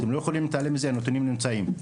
אתם לא יכולים להתעלם מזה, הנתונים האלה נמצאים.